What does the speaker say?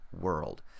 world